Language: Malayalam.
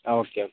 ആ ഓക്കെ ഓക്കെ